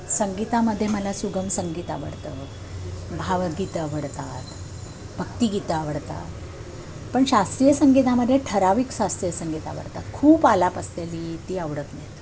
संगीतामध्ये मला सुगम संगीत आवडतं भावगीत आवडतात भक्तिगीतं आवडतात पण शास्त्रीय संगीतामध्ये ठराविक शास्त्रीय संगीत आवडतात खूप आलाप असतेली ती आवडत नाहीत